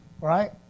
Right